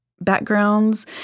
backgrounds